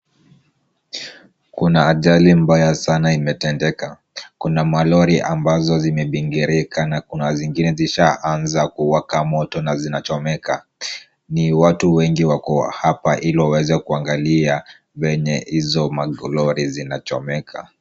Kuna ajali mbaya sana imetendeka. Kuna malori ambazo zimebingirika na kuna zingine zishaanza kuwaka moto na zinachomeka. Ni watu wengi wako hapa ili waweze kuangalia venye hizo malori zinachomeka.